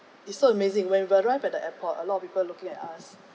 it's so amazing when we arrive at the airport a lot of people looking at us